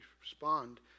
respond